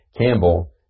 Campbell